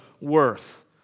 worth